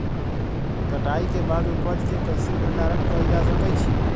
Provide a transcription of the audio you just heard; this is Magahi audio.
कटाई के बाद उपज के कईसे भंडारण कएल जा सकई छी?